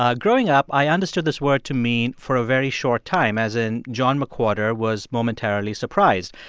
ah growing up, i understood this word to mean for a very short time, as in john mcwhorter was momentarily surprised.